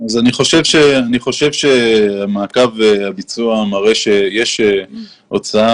אני חושב שמעקב ביצוע מראה שיש הוצאה